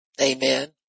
Amen